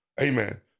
Amen